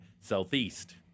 Southeast